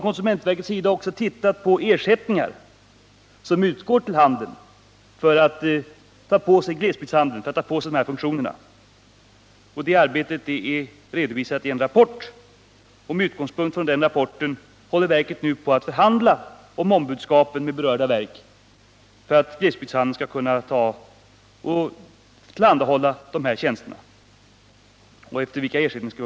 Konsumentverket har också undersökt vilka ersättningar som utgår till glesbygdshandeln för att den tar på sig sådana funktioner. Det arbetet är redovisat i en rapport, och med utgångspunkt i den rapporten håller verket nu på att förhandla med berörda verk angående ombudskap samt vilka ersättningsgrunder som skall gälla för att glesbygdshandeln skall kunna tillhandahålla ifrågavarande tjänster.